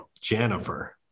Jennifer